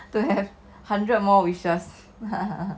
to have hundred more wishes